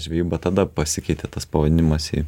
žvejyba tada pasikeitė tas pavadinimas į